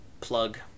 plug